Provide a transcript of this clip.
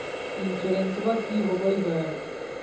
इंसोरेंसबा की होंबई हय?